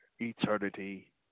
eternity